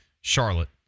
Charlotte